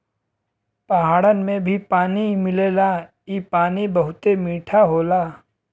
पहाड़न में भी पानी मिलेला इ पानी बहुते मीठा होला